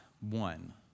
one